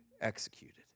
executed